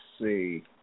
see